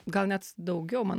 gal net daugiau man